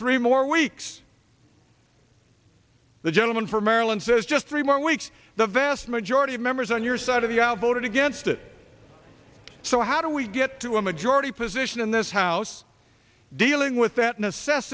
three more weeks the gentleman from maryland says just three more weeks the vast majority of members on your side of the aisle voted against it so how do we get to a majority position in this house dealing with that